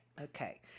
Okay